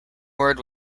word